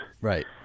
Right